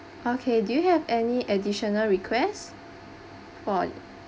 okay do you have any additional request for